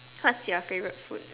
what's your favourite food